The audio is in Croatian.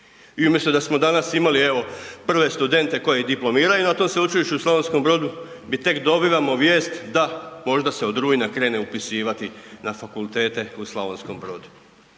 I umjesto da smo danas imali evo prve studente koji diplomiraju na tom Sveučilištu u Slavonskom Brodu, mi tek dobivamo vijest da, možda se od rujna krene upisivati na fakultete u Slavonskom Brodu.